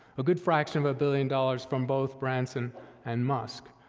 a good fraction of a billion dollars from both branson and musk.